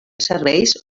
serveis